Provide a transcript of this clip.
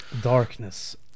Darkness